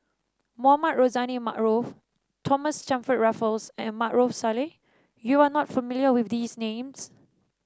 Mohamed Rozani Maarof Thomas Stamford Raffles and Maarof Salleh you are not familiar with these names